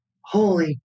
holy